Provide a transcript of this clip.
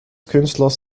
künstlers